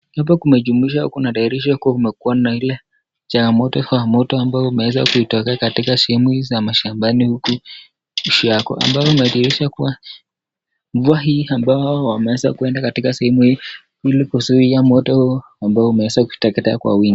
Hapa kumejumlisha kunadhirisha kuwa kumekuwa na ile changamoto ya moto ambayo imeweza kutokea katika sehemu hizi za mashambani huku ushago ambayo imedhihirisha kuwa mvua hii ambao hawa wameweza kuenda katika sehemu hii ili kuzuia moto huu ambao umeweza kuteketea kwa wingi.